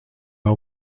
pas